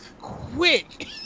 quick